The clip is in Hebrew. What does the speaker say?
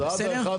בסדר?